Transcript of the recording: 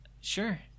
Sure